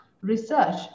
research